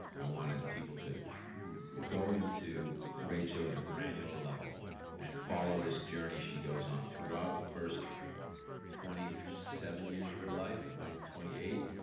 i wanted people to go go into rachel at a granular level and follow this journey she goes on throughout the first twenty seven years of her life, or maybe twenty eight,